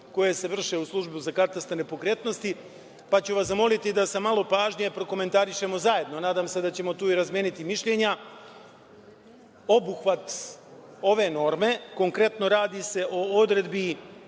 koje se vrše u Službi za katastar nepokretnosti, pa ću vas zamoliti da sa malo pažnje prokomentarišemo zajedno, nadam se da ćemo tu razmeniti mišljenja, obuhvat ove norme. Konkretno radi se o odredbi